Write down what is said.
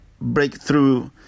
breakthrough